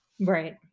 Right